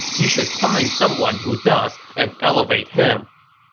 you should find someone who does and elevate him.